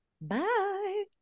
Bye